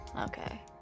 Okay